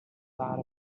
lot